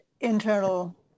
internal